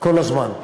כל הזמן,